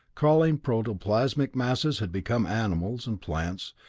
crawling protoplasmic masses had become animals, and plants,